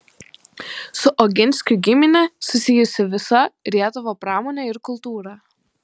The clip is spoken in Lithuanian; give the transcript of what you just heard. su oginskių gimine susijusi visa rietavo pramonė ir kultūra